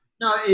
No